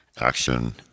Action